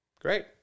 Great